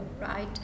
right